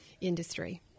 industry